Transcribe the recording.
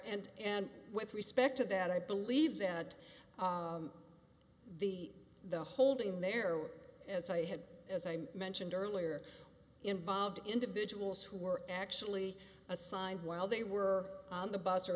and and with respect to that i believe that the the holding in there or as i had as i mentioned earlier involved individuals who were actually assigned while they were on the bus or